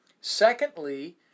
Secondly